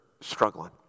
struggling